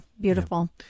beautiful